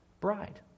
bride